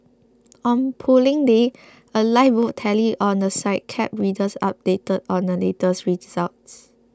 on Polling Day a live vote tally on the site kept readers updated on the latest results